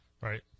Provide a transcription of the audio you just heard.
Right